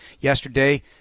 yesterday